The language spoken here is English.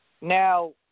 Now